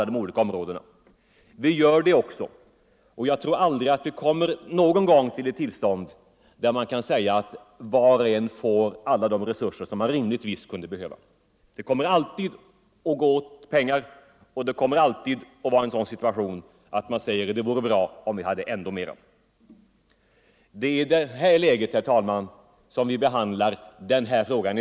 Det kommer alltid att behövas mycket pengar, och det kommer alltid att föreligga en sådan situation att man kan säga att det vore bra om vi hade ännu mera. Det är i detta läge, herr talman, som vi i dag behandlar denna fråga.